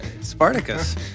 Spartacus